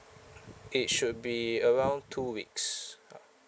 it should be around two weeks uh